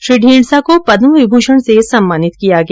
श्री ढींढसा को पदम विभूषण से सम्मानित किया गया